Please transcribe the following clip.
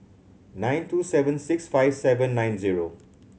nine two seven six five seven nine zero